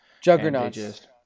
Juggernauts